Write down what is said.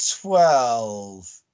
twelve